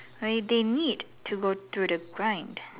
I mean they need to go through the grind